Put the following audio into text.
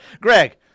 Greg